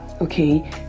Okay